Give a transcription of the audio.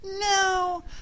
No